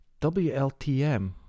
WLTM